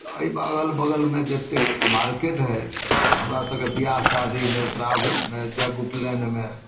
तऽ अइ अगल बगलमे जते मार्केट है हमरा सभके बियाह शादीमे श्राधमे जग उपनयनमे